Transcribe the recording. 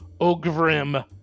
ogrim